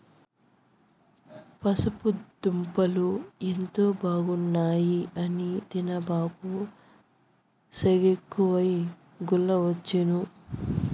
పసుపు దుంపలు ఎంతో బాగున్నాయి అని తినబాకు, సెగెక్కువై గుల్లవచ్చేను